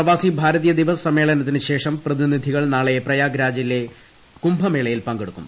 പ്രവാസി ഭാരതീയ ദിവസ് സമ്മേളനത്തിനു ശേഷം പ്രതിനിധികൾ നാളെ പ്രയാഗ്രാജിലെ കുംഭ മേളയിൽ പൂങ്കെടുക്കും